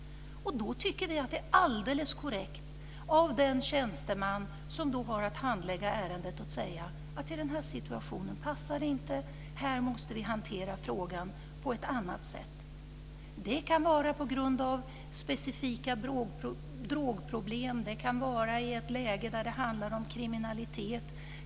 Då tycker vi att det är alldeles korrekt av den tjänsteman som har att handlägga ärendet att säga: I den här situationen passar det inte. Här måste vi hantera frågan på ett annat sätt. Det kan vara på grund av specifika drogproblem. Det kan vara i ett läge där det handlar om kriminalitet.